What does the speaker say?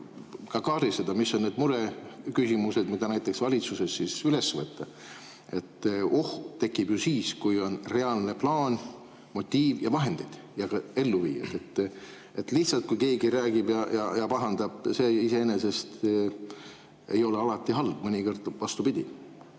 ka kaardistada, mis on need mureküsimused, mida näiteks valitsuses üles võtta. Oht tekib siis, kui on reaalne plaan, motiiv, vahendid ja ka elluviijad. Lihtsalt, kui keegi räägib ja pahandab, see iseenesest ei ole alati halb, mõnikord vastupidi.